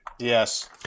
Yes